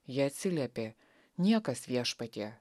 ji atsiliepė niekas viešpatie